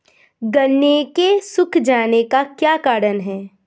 गन्ने के सूख जाने का क्या कारण है?